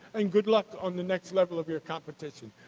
and good luck on the next level of your competition.